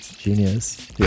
genius